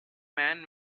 man